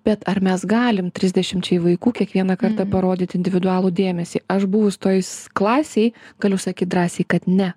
bet ar mes galim trisdešimčiai vaikų kiekvieną kartą parodyt individualų dėmesį aš buvus tojs klasėj galiu sakyt drąsiai kad ne